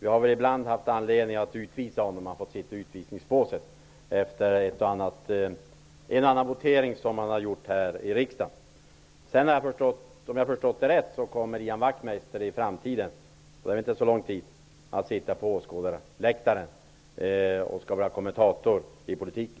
det har ibland funnits anledning att utvisa honom till utvisningsbåset efter det att han gjort en och annan votering här i riksdagen. Om jag har förstått rätt kommer Ian Wachtmeister att i en inte alltför avlägsen framtid sitta på åskådarläktaren som kommentator för politiken.